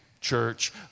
church